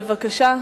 בבקשה.